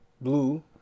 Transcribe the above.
Blue